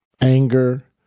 anger